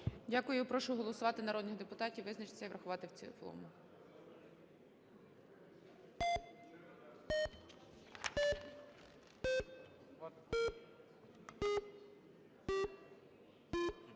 Дякую. Прошу голосувати народних депутатів, визначатися і врахувати в цілому.